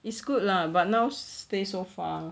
it's good lah but now stay so far